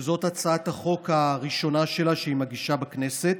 שזאת הצעת החוק הראשונה שהיא מגישה בכנסת,